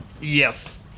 Yes